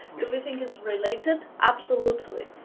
we think it's related, absolutely.